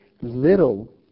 little